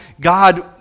God